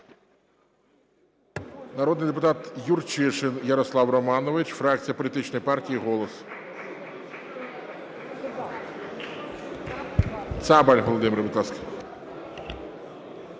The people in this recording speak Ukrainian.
Народний депутат Юрчишин Ярослав Романович, фракція політичної партії "Голос". Цабаль Володимир, будь ласка.